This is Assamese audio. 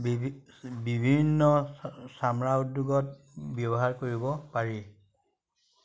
বিভিন্ন চামৰা উদ্যোগত ব্যৱহাৰ কৰিব পাৰি